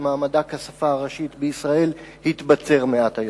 שמעמדה כשפה הראשית בישראל התבצר מעט היום.